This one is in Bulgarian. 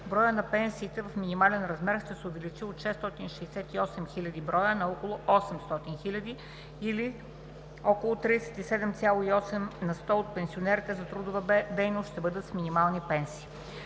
броят на пенсиите в минимален размер ще се увеличи от 668 хил. на около 800 хил. или около 37,8 на сто от пенсионерите за трудова дейност ще бъдат с минимални пенсии.